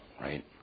right